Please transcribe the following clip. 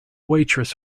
waitress